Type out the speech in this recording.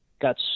got